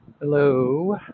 hello